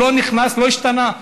לא נכנסו, לא השתנה.